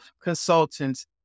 consultants